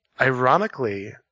Ironically